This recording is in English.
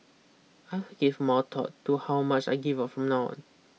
I will give more thought to how much I give out from now